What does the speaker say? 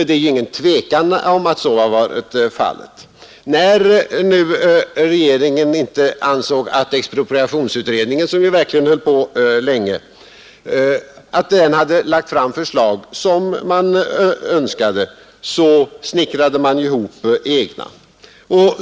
Det är inget tvivel om att så har varit fallet. När nu regeringen inte ansåg att expropriationsutredningen, som verkligen arbetade länge, hade lagt fram sådana förslag som man hade önskat, snickrade man ihop egna förslag.